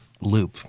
loop